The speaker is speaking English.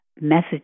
message